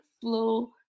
flow